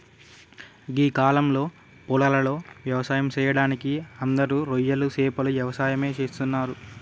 గీ కాలంలో పొలాలలో వ్యవసాయం సెయ్యడానికి అందరూ రొయ్యలు సేపల యవసాయమే చేస్తున్నరు